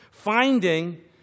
Finding